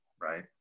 right